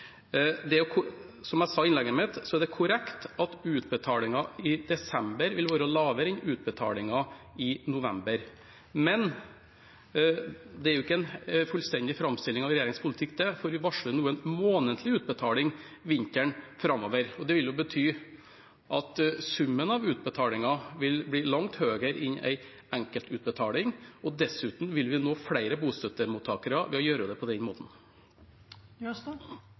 Som jeg sa i innlegget mitt, er det korrekt at utbetalingen i desember vil være lavere enn utbetalingen i november. Men det er jo ikke en fullstendig framstilling av regjeringens politikk, for vi varsler nå en månedlig utbetaling framover, gjennom vinteren. Det vil bety at summen av utbetalinger vil bli langt høyere enn en enkeltutbetaling, og dessuten vil vi nå flere bostøttemottakere ved å gjøre det på den måten.